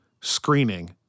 screening